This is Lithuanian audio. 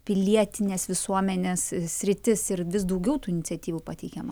pilietinės visuomenės sritis ir vis daugiau tų iniciatyvų pateikiama